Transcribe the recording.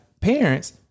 parents